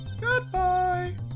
Goodbye